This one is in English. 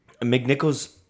McNichols